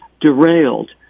derailed